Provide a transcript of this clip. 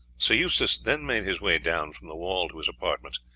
sir eustace then made his way down from the wall to his apartments,